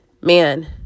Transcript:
Man